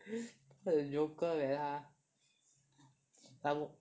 很 joker leh 他